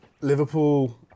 Liverpool